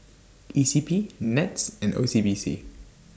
E C P Nets and O C B C